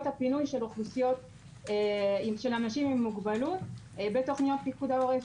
הפינוי של אוכלוסיות של אנשים עם מוגבלות בתוכניות פיקוד העורף.